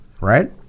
right